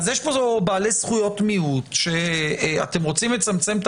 אז יש פה בעלי זכויות מיעוט שאתם רוצים לצמצם את